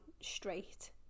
straight